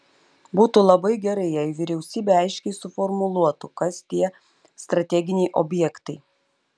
būtų labai gerai jei vyriausybė aiškiai suformuluotų kas tie strateginiai objektai